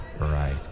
Right